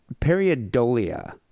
periodolia